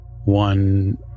one